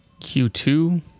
q2